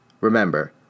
Remember